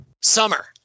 Summer